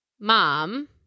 Mom